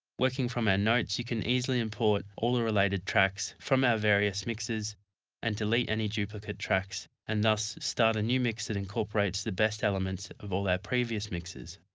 working from our notes, we can easily import all the related tracks from our various mixes and delete any duplicate tracks, and thus start a new mix that incorporates the best elements of all our previous mixes.